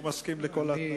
הוא מסכים לכל ההתניות.